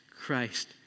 Christ